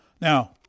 Now